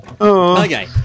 Okay